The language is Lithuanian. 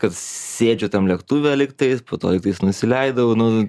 kad sėdžiu tam lėktuve lygtais po to lygtais nusileidau nu